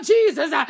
Jesus